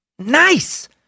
nice